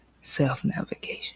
Self-navigation